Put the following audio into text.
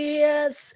yes